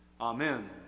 Amen